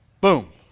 boom